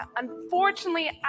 unfortunately